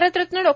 Bharat Ratna Dr